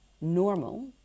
normal